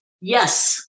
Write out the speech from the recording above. Yes